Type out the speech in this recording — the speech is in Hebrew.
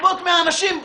לגבות מהאנשים.